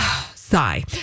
Sigh